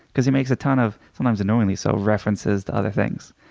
because he makes a ton of sometimes annoyingly so references to other things.